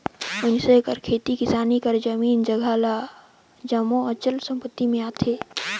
मइनसे कर खेती किसानी कर जमीन जगहा ए जम्मो अचल संपत्ति में आथे